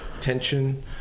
tension